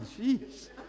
jeez